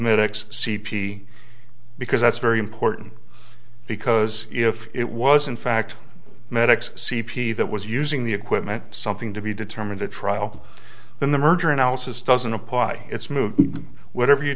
medics c p because that's very important because if it was in fact medics c p that was using the equipment something to be determined at trial in the murder analysis doesn't apply it's moot whatever you